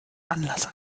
anlasser